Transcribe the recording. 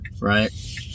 right